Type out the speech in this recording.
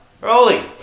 Rolly